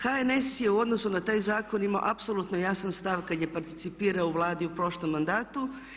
HNS je u odnosu na taj zakon imao apsolutno jasan stav kad je participirao u Vladi u prošlom mandatu.